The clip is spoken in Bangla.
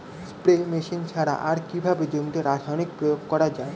স্প্রে মেশিন ছাড়া আর কিভাবে জমিতে রাসায়নিক প্রয়োগ করা যায়?